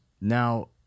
now